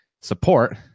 support